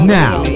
now